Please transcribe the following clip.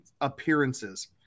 appearances